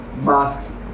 Masks